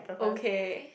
okay